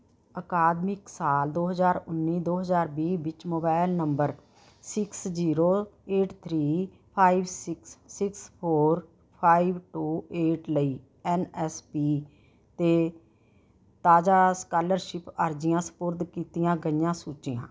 ਅਕਾਦਮਿਕ ਸਾਲ ਦੋ ਹਜ਼ਾਰ ਉੱਨੀ ਦੋ ਹਜ਼ਾਰ ਵੀਹ ਵਿੱਚ mobile number six zero eight three five six six four five two eight ਲਈ ਐਨ ਐਸ ਪੀ 'ਤੇ ਤਾਜ਼ਾ ਸਕਾਲਰਸ਼ਿਪ ਅਰਜ਼ੀਆਂ ਸਪੁਰਦ ਕੀਤੀਆਂ ਗਈਆਂ ਸੂਚੀਆਂ